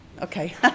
Okay